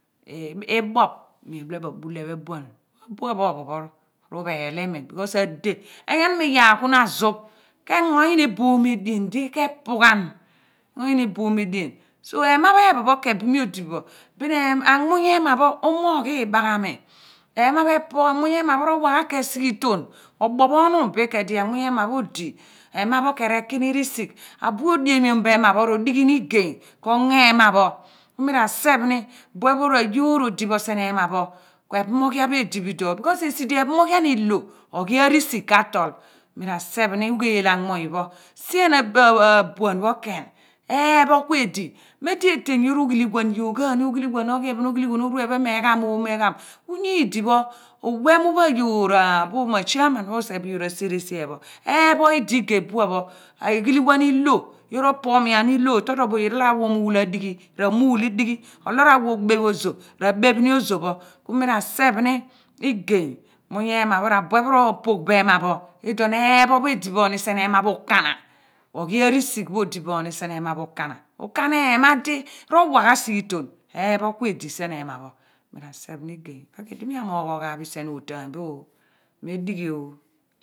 Eeh iboph ku mi abile pho abula ephen buan ka anuan pho phon pho ru phet imi b/cos ade enyenum iyar ku na azuph ke engo yina eboom edien di ku epughan ke yina eboom edien so emi pho ephen pho khen bia mi odi pho bin anmunny ana pho u/mogh iibaghami ema pho epo anmuuny ema pho rowa khen sigheton obophonu biu ku edi anmuuny ema pho odi ema khen re kini risigh abue pho odiemiom bo ema pha ro di ghini geny ko ongo ema pho ku mi ra seph ni bue pho rei yoor odi bo sien ema pho ku ephomoghian edi bo iduo pho b/kios esi di ephomoghian ilo oghia risigh ka tol mira seph ni abuan pho khen epho kun edi mem di eten yoor ughilighuan yoghani oghilighuan oghi ephen oghilighuan oru ephan we ghmo me gham ku nyidipho uwemu pha yoor chairman pho usighe bo iyoor asere sien pho epho edigey buan pho eghilighuan ilo yoor opomiom ni loor torotoro be oye lo ya wa omul adighi ra mulidighi ole ra wa obeph ozoh ra bephni ozohpho ku mi ra sephmi igey muuny ewa phe ra bue pho ropogh bo ama pho iduon eepho pho edi bo ni sien ema okana oghi arisigh odi beni sien ema pho okana, okana ema di rewa ghan si ghi ton eejeho ku ed sien ema pho mi ra sejeh ni igey ipe ku idi mi anogh oghauph sien otaany pho o me dighio